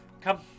come